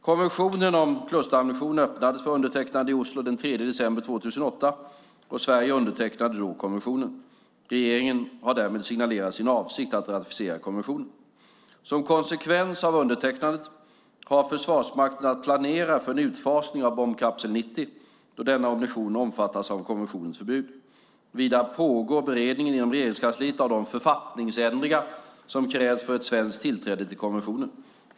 Konventionen om klusterammunition öppnades för undertecknande i Oslo den 3 december 2008, och Sverige undertecknade då konventionen. Regeringen har därmed signalerat sin avsikt att ratificera konventionen. Som en konsekvens av undertecknandet har Försvarsmakten att planera för en utfasning av bombkapsel 90 då denna ammunition omfattas av konventionens förbud. Vidare pågår inom Regeringskansliet beredningen av de författningsändringar som krävs för ett svenskt tillträde till konventionen.